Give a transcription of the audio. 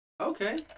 Okay